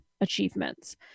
achievements